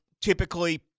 typically